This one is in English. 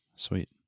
Sweet